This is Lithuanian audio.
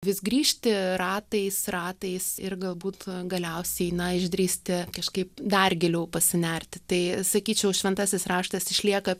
vis grįžti ratais ratais ir galbūt galiausiai na išdrįsti kažkaip dar giliau pasinerti tai sakyčiau šventasis raštas išlieka